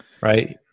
right